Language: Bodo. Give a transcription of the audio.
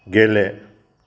गेले